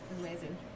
Amazing